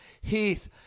Heath